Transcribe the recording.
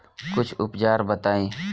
कुछ उपचार बताई?